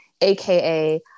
aka